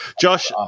Josh